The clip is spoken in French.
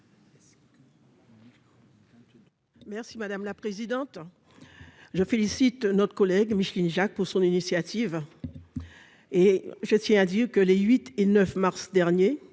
Merci madame la présidente. Je félicite notre collègue Micheline Jacques pour son initiative. Et je tiens à dire que les 8 et 9 mars dernier.